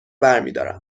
برمیدارم